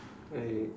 I